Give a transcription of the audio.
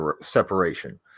separation